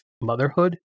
motherhood